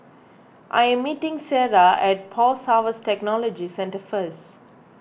I am meeting Sierra at Post Harvest Technology Centre first